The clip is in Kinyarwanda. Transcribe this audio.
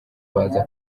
baza